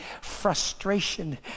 frustration